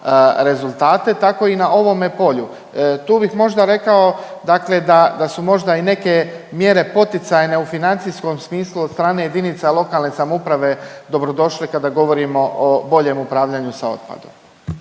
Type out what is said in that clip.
rezultate, tako i na ovome polju. Tu bih možda rekao dakle da, da su možda i neke mjere poticajne u financijskom smislu od strane JLS dobrodošle kada govorimo o boljem upravljanju sa otpadom.